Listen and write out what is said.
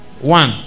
One